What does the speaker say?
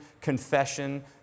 Confession